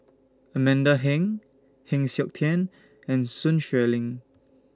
Amanda Heng Heng Siok Tian and Sun Xueling